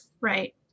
right